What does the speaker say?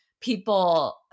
people